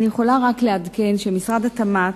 אני יכולה רק לעדכן שמשרד התמ"ת,